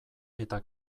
eta